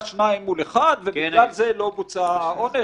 האם היו מקרים שהיה שניים מול אחד ובגלל זה לא בוצע העונש,